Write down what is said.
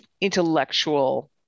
intellectual